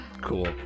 Cool